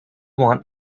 want